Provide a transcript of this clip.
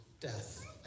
death